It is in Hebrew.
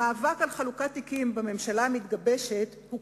המאבק על חלוקת התיקים בממשלה המתגבשת הוא